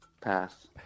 Pass